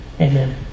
Amen